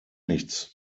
nichts